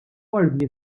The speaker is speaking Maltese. ordni